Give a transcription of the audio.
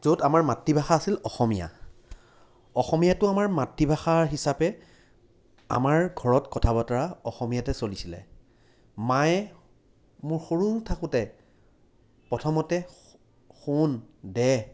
য'ত আমাৰ মাতৃভাষা আছিল অসমীয়া অসমীয়াটো আমাৰ মাতৃভাষা হিচাপে আমাৰ ঘৰত কথা বতৰা অসমীয়াতে চলিছিলে মায়ে মোৰ সৰু থাকোঁতে প্ৰথমতে সোণ দেহ